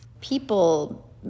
people